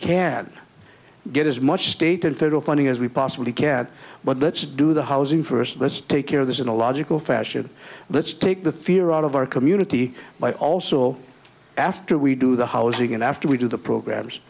can get as much state and federal funding as we possibly can but let's do the housing first let's take care of this in a logical fashion let's take the fear out of our community but also after we do the housing and after we do the programs